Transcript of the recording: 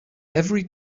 every